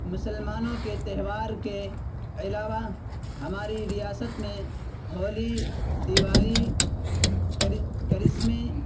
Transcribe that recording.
مسلمانوں کے تہوار کے علاوہ ہماری ریاست میں ہولی دیوالی کرسمے